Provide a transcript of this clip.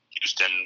Houston